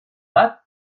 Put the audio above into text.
bat